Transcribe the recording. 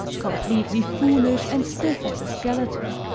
completely foolish and stiff as a skeleton.